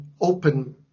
open